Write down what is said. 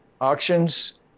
Auctions